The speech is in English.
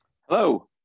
Hello